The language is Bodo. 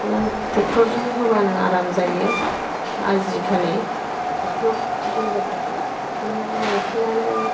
नों ट्रेक्टरजों होबानो आराम जायो आजिखालि ट्रेक्टर दंजोबखासै नों बांसिनानो